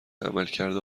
عملکرد